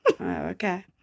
okay